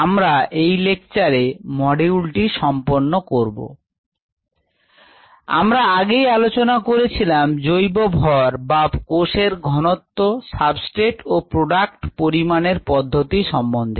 আমরা আগেই আলোচনা করেছিলাম জৈব ভর বা কোষের ঘনত্ব সাবস্ট্রেট ও প্রোডাক্ট পরিমাপের পদ্ধতি সম্বন্ধে